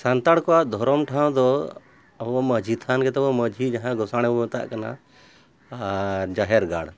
ᱥᱟᱱᱛᱟᱲ ᱠᱚᱣᱟᱜ ᱫᱷᱚᱨᱚᱢ ᱴᱷᱟᱶ ᱫᱚ ᱟᱵᱚ ᱢᱟᱹᱡᱷᱤ ᱛᱷᱟᱱ ᱜᱮᱛᱚ ᱢᱟᱹᱡᱷᱤ ᱡᱟᱦᱟᱸ ᱜᱚᱥᱟᱬᱮ ᱢᱮᱛᱟᱜ ᱠᱟᱱᱟ ᱟᱨ ᱡᱟᱦᱮᱨ ᱜᱟᱲ